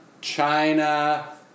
China